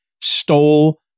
stole